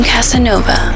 Casanova